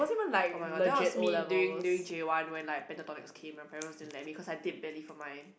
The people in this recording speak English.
oh-my-god that was me during during J one when like Pentatonix came my parents didn't let me cause I did badly for me